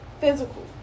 physical